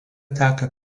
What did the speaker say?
teka